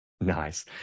Nice